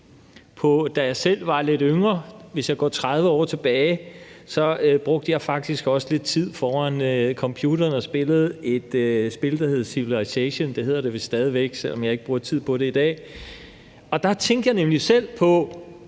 jeg selv var lidt yngre. Hvis jeg går 30 år tilbage, brugte jeg faktisk også lidt tid foran computeren og spillede et spil, der hed »Civilization« – det hedder det vist stadig væk, selv om jeg ikke bruger tid på det i dag – og der tænkte jeg nemlig selv på,